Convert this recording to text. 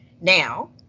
now